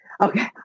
okay